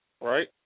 right